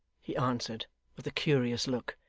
he answered with a curious look,